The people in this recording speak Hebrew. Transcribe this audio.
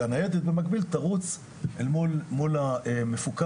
והניידת במקביל תרוץ מול המפוקח,